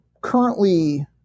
currently